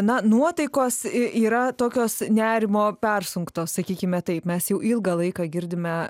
na nuotaikos i yra tokios nerimo persunktos sakykime taip mes jau ilgą laiką girdime